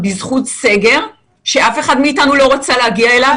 אף אחד לא ניסה להגיד שאפשר בכוונה להתאמן 20 אנשים בחוץ אבל בלי מאמן.